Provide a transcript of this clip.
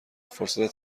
فرصت